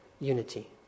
unity